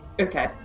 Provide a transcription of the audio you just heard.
Okay